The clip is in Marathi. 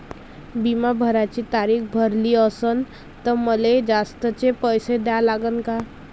बिमा भराची तारीख भरली असनं त मले जास्तचे पैसे द्या लागन का?